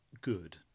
good